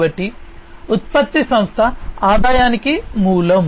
కాబట్టి ఉత్పత్తి సంస్థ ఆదాయానికి మూలం